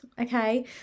okay